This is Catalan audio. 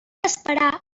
esperar